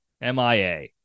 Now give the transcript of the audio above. MIA